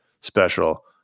special